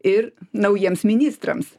ir naujiems ministrams